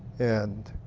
and